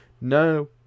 no